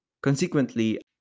Consequently